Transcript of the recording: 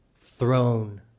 throne